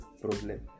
problem